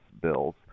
bills